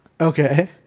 Okay